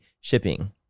shipping